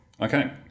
Okay